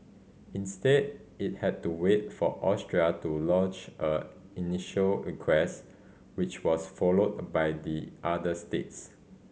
instead it had to wait for Austria to lodge an initial request which was followed by the other states